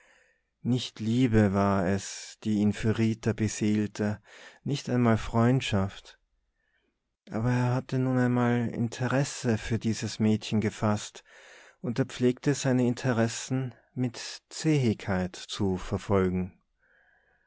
nicht liebe war es die ihn für rita beseelte nicht einmal freundschaft aber er hatte nun einmal interesse für dieses mädchen gefaßt und er pflegte seine interessen mit zähigkeit zu verfolgen